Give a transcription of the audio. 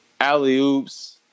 alley-oops